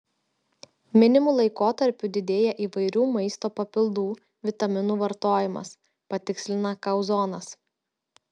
minimu laikotarpiu didėja įvairių maisto papildų vitaminų vartojimas patikslina kauzonas